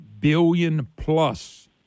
billion-plus